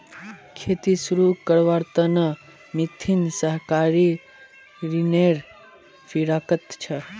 खेती शुरू करवार त न मिथुन सहकारी ऋनेर फिराकत छ